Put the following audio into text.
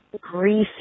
greasy